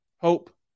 hope